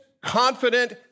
confident